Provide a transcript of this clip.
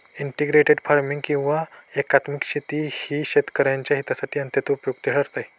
integrated farming किंवा एकात्मिक शेती ही शेतकऱ्यांच्या हितासाठी अत्यंत उपयुक्त ठरते